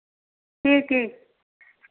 ठीक ठीक